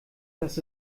das